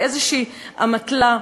באיזו אמתלה.